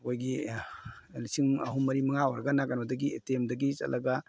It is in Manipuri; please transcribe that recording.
ꯑꯩꯈꯣꯏꯒꯤ ꯂꯤꯁꯤꯡ ꯑꯍꯨꯝ ꯃꯔꯤ ꯃꯉꯥ ꯑꯣꯏꯔꯒꯅ ꯀꯩꯅꯣꯗꯒꯤ ꯑꯦ ꯇꯤ ꯑꯦꯝꯗꯒꯤ ꯆꯠꯂꯒ